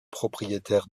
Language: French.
propriétaire